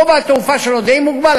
גובה התעופה שלו די מוגבל,